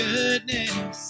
goodness